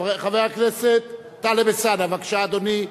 חבר הכנסת טלב אלסאנע, בבקשה, אדוני.